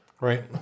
Right